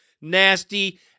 nasty